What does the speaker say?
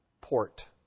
port